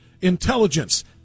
intelligence